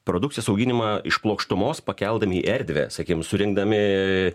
produkcijos auginimą iš plokštumos pakeldami į erdvę sakykim surinkdami